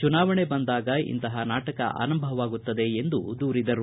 ಚುನಾವಣೆ ಬಂದಾಗ ಇಂತಹ ನಾಟಕ ಆರಂಭವಾಗುತ್ತದೆ ಎಂದು ಅವರು ದೂರಿದರು